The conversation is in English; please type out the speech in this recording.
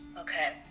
Okay